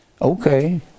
Okay